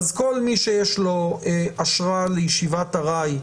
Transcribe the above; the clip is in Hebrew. כל מי שיש לו אשרה לישיבת ארעי,